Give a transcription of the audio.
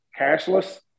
cashless